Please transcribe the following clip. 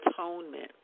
atonement